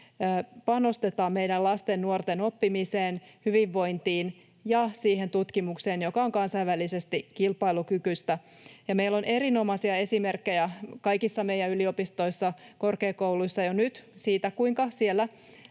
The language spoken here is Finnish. panostetaan meidän lasten, nuorten oppimiseen, hyvinvointiin ja siihen tutkimukseen, joka on kansainvälisesti kilpailukykyistä. Meillä on erinomaisia esimerkkejä kaikissa meidän yliopistoissa, korkeakouluissa jo nyt siitä, kuinka siellä